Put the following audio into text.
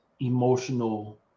emotional